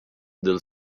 del